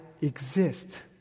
exist